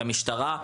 למשטרה,